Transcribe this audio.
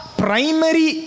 primary